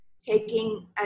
taking